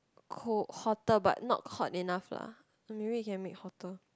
cold hotter but not hot enough lah or maybe you can make hotter